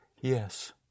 Yes